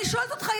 אני שואלת אותך,